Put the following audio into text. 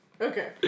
Okay